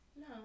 No